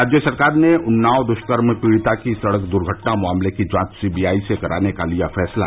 राज्य सरकार ने उन्नाव दुष्कर्म पीड़िता की सड़क दुर्घटना मामले की जांच सीबीआई से कराने का लिया फैसला